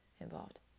involved